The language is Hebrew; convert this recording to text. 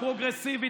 הפרוגרסיבית.